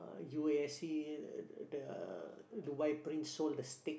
uh u_a_s_c uh uh the Dubai prince sold the stake